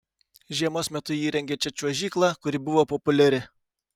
žiemos metu įrengė čia čiuožyklą kuri buvo populiari